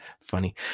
funny